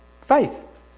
faith